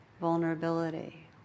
vulnerability